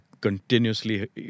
continuously